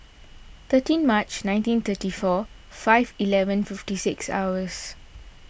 thirteen March nineteen thirty four five eleven fifty six hours